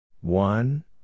One